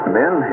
men